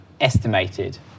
estimated